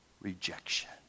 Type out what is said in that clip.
rejection